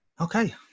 Okay